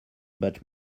but